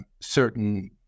certain